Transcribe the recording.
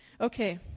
Okay